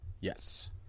Yes